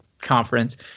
conference